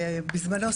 בזמנו,